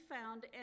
found